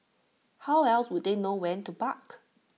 how else would they know when to bark